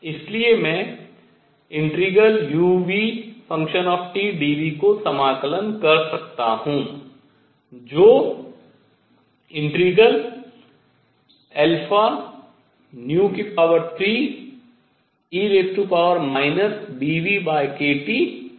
इसलिए मैं ∫udν को समाकलन कर सकता हूँ जो ∫3e βνkTdν के बराबर है